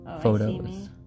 photos